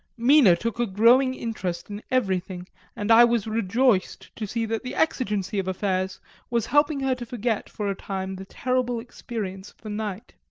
mina took a growing interest in everything and i was rejoiced to see that the exigency of affairs was helping her to forget for a time the terrible experience of the night.